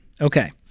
Okay